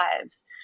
lives